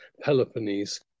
Peloponnese